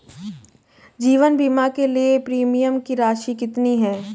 जीवन बीमा के लिए प्रीमियम की राशि कितनी है?